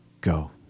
go